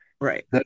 Right